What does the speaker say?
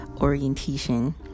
orientation